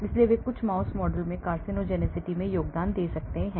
इसलिए वे कुछ माउस मॉडल में carcinogenicity में योगदान दे सकते हैं